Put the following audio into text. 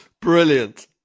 Brilliant